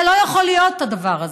זה לא יכול להיות, הדבר הזה.